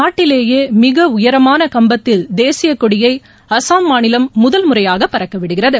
நாட்டிலேயே மிக உயரமான கம்பத்தில் தேசியக்கொடியை அசாம் மாநிலம் முதல் முறையாக பறக்கவிடுகிறது